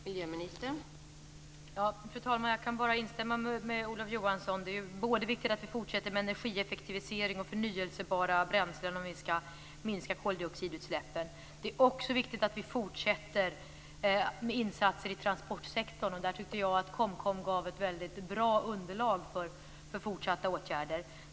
Fru talman! Jag kan bara instämma med Olof Johansson. Det är viktigt att vi fortsätter både med energieffektivisering och förnyelsebara bränslen om vi skall minska koldioxidutsläppen. Det är också viktigt att vi fortsätter med insatser i transportsektorn. Där tycker jag att KOMKOM gav ett bra underlag för fortsatta åtgärder.